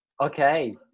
Okay